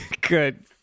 Good